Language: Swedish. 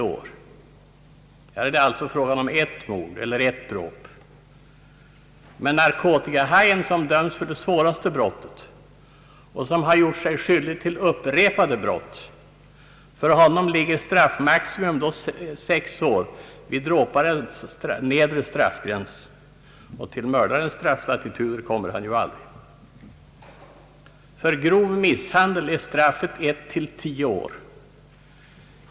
Här är det alltså fråga om bara ett mord eller ett dråp. Men narkotikahajen som för sitt brott får maximistraff och som därtill har gjort sig skyldig till upprepade brott, han får fängelse i sex år, som är dråparens nedre straffgräns. Till mördarens strafflatitud kommer han aldrig. För grov misshandel är straffet 1—10 år.